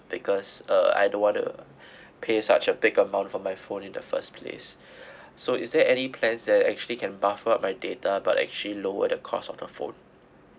because uh I don't want to pay such a big amount for my phone in the first place so is there any plans that actually can buffer up my data but actually lower the cost of the phone